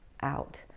out